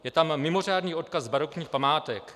Je tam mimořádný odkaz barokních památek.